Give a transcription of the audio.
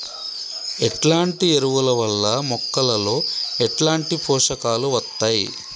ఎట్లాంటి ఎరువుల వల్ల మొక్కలలో ఎట్లాంటి పోషకాలు వత్తయ్?